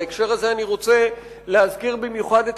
בהקשר הזה אני רוצה להזכיר במיוחד את